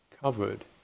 covered